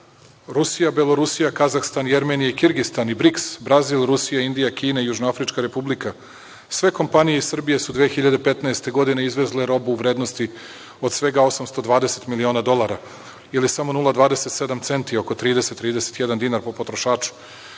Rusija, Belorusija, Kazahstan, Jermenija i Kirgistan i BRIKS, Brazil, Rusija, Indija, Kina i Južnoafrička Republika sve kompanije su iz Srbije 2015. godine izvezle robu u vrednosti od svega 820.000.000 dolara ili samo 0,27 centi, oko 30, 31 dinar po potrošaču.